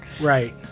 Right